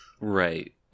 Right